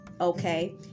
okay